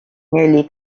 nearly